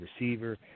receiver